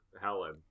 helen